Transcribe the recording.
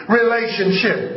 relationship